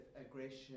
aggression